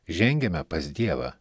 žengiame pas dievą